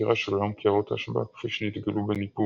וסקירה של עולם קערות ההשבעה כפי שנתגלו בניפור.